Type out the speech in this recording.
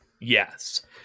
Yes